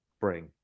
bring